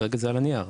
כרגע זה על הנייר.